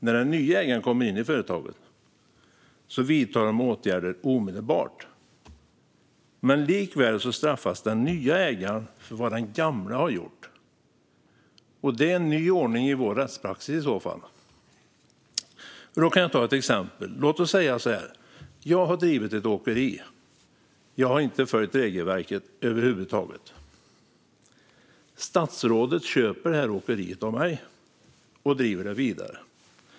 När den nya ägaren kommer in i företaget vidtar man åtgärder omedelbart, men likväl straffas den nya ägaren för vad den gamla ägaren har gjort. Det är en ny ordning i vår rättspraxis om det är så det ska vara. Jag kan ta ett exempel till. Låt oss säga att jag har drivit ett åkeri. Jag har inte följt regelverket över huvud taget. Statsrådet köper åkeriet av mig och driver det vidare.